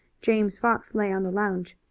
james fox lay on the lounge.